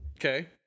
Okay